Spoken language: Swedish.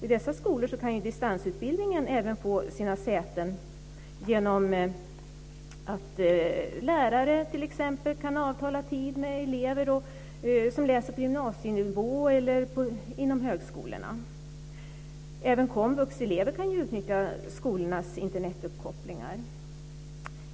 I dessa skolor kan distansutbildningen även få sina säten genom att lärare t.ex. kan avtala tid med elever som läser på gymnasienivå eller högskolor. Även komvuxelever kan utnyttja skolornas Internetuppkopplingar.